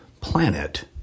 planet